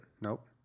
Nope